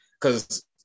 cause